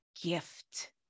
gift